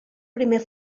primer